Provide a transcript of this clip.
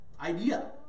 idea